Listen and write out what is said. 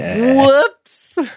Whoops